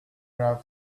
have